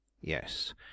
Yes